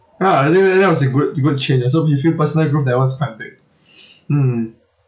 ya I think that was a good good change ah so you feel personal growth that one's quite big mm